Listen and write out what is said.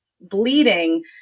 bleeding